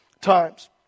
times